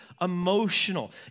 emotional